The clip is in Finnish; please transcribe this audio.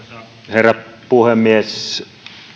herra puhemies